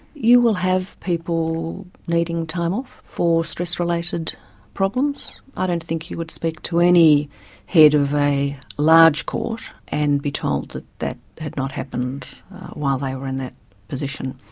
you will have people needing time off for stress related problems. i don't think you would speak to any head of a large court and be told that that had not happened while they were in that position.